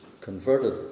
converted